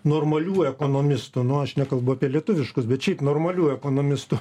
normalių ekonomistų nu aš nekalbu apie lietuviškus bet šiaip normalių ekonomistų